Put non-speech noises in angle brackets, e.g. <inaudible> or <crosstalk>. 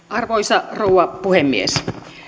<unintelligible> arvoisa rouva puhemies